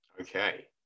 Okay